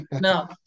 No